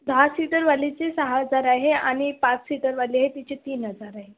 दहा सीटरवालीचे सहा हजार आहे आणि पाच सीटरवाले आहे तिचे तीन हजार आहे